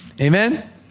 Amen